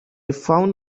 found